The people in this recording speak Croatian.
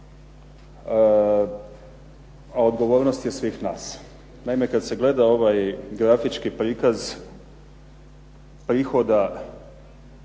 a odgovornost je svih nas. Naime, kada se gleda ovaj grafički prikaz prihoda